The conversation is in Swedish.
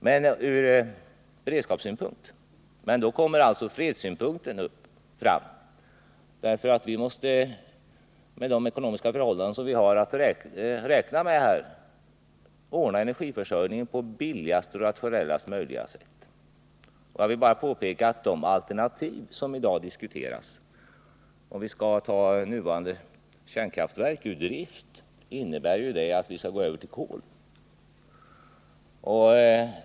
Men vi måste även ta hänsyn till vad som gäller under fredsförhållanden, eftersom vi med de ekonomiska resurser vi har måste ordna energiförsörjningen på billigaste och rationellast möjliga sätt. Jag vill då bara påpeka att det alternativ som vi i dag har är att gå över till koleldning, om vi tar kärnkraftverken ur drift.